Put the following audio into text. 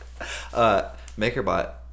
MakerBot